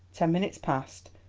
ten minutes passed,